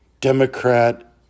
Democrat